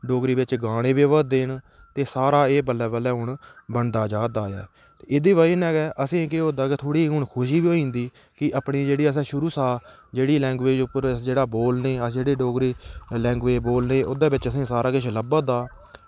डोगरी च गाने बी शुरू होई गेदे न ते हून एह् बल्लें बल्लें बनदा जा करदा ऐ ते एह्दी बजह कन्नै गै असेंगी केह् हून थोह्ड़ी खुशी बी होई जंदी कि अपनी जेह्ड़ी असें शुरू कशा जेह्ड़ी लैंगवेज़ च अस बोलने अस डोगरे जेह्ड़े ओह् लैंवेज़ बोलने ओह्दे बिच असेंगी सारा किश लब्भा दा